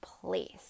place